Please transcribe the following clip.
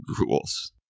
rules